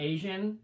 Asian